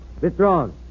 withdrawn